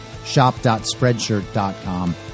shop.spreadshirt.com